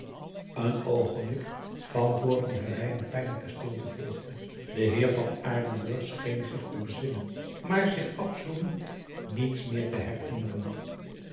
een oogenblik van voor van herwijnen pijnlijke stilte volgde de heer van aardenburg scheen zich te bezinnen maar zich absoluut niets meer te herinneren